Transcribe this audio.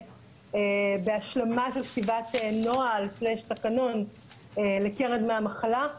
בהשלמה של כתיבת נוהל/תקנון לקרן דמי המחלה.